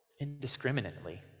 indiscriminately